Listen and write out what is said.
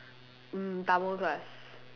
in Tamil class